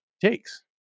takes